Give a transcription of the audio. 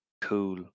cool